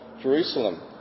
Jerusalem